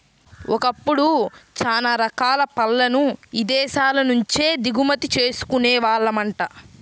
ఒకప్పుడు చానా రకాల పళ్ళను ఇదేశాల నుంచే దిగుమతి చేసుకునే వాళ్ళమంట